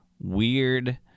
weird